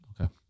Okay